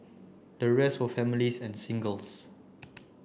the rest were families and singles